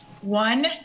one